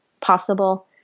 possible